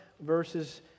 verses